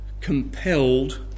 compelled